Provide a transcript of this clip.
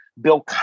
bill